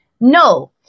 no